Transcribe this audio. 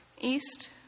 east